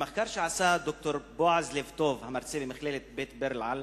במחקר שעשה ד"ר בועז לב-טוב, מרצה במכללת בית-ברל,